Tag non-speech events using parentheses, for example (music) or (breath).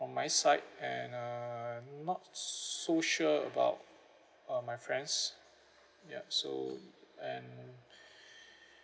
on my side and uh not so sure about uh my friends ya so and (breath)